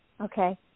Okay